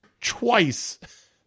twice